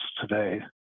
today